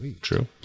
true